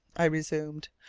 i resumed,